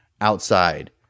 outside